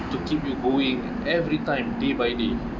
to keep you going everytime day by day